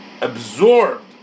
absorbed